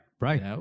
right